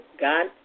God